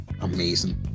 amazing